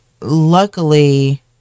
luckily